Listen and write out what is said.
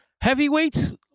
heavyweights